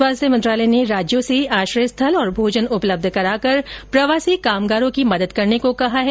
स्वास्थ्य मंत्रालय ने राज्यों से आश्रय स्थल और भोजन उपलब्ध कराकर प्रवासी कामगारों की मदद करने को कहा है